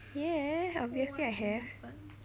yeah obviously I have